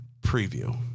preview